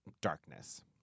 darkness